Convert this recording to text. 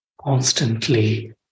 constantly